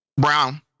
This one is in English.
Brown